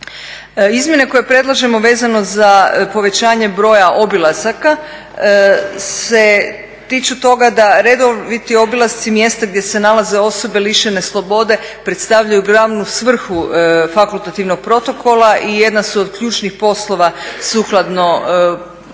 Izmjene koje predlažemo vezano za povećanje broja obilazaka se tiču toga da redoviti obilasci mjesta gdje se nalaze osobe lišene slobode predstavljaju glavnu svrhu fakultativnog protokola i jedna su od ključnih poslova sukladno Zakonu